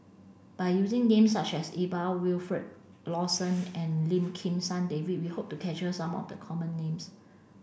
by using names such as Iqbal Wilfed Lawson and Lim Kim San David we hope to capture some of the common names